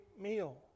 meal